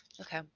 okay